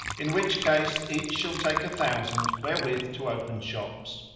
in which case each shall take a thousand wherewith to open shops.